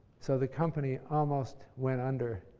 so, the company almost went under.